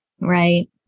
Right